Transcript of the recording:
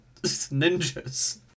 ninjas